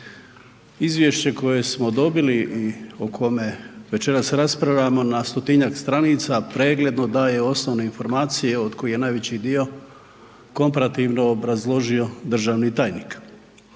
Izvješće koje smo dobili i o kome večeras raspravljamo na 100-tinjak stranica pregledno daje osnovne informacije od kojih je najveći dio komparativno obrazložio državni tajnik.